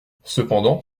cependant